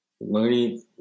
Learning